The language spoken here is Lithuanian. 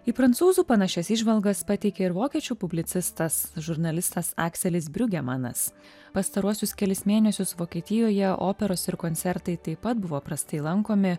į prancūzų panašias įžvalgas pateikė ir vokiečių publicistas žurnalistas akselis briuge manas pastaruosius kelis mėnesius vokietijoje operos ir koncertai taip pat buvo prastai lankomi